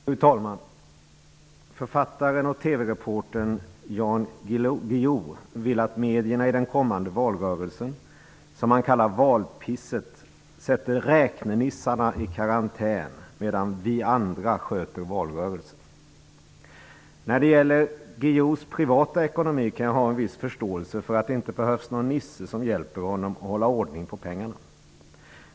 Fru talman! Författaren och TV-reportern Jan Guillou vill att medierna i den kommande valrörelsen -- som han kallar ''valpisset'' -- sätter ''räknenissarna'' i karantän, medan ''vi andra'' sköter valrörelsen. När det gäller Guillous privata ekonomi kan jag ha en viss förståelse för att det inte behövs någon nisse som hjälper honom att hålla ordning på pengarna.